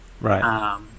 Right